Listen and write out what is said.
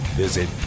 visit